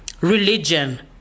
religion